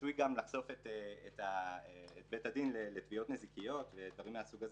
עשוי גם לחשוף את בית הדין לתביעות נזיקיות ודברים מהסוג הזה.